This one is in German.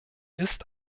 ist